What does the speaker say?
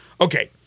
Okay